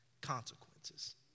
consequences